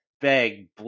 beg